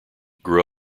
grew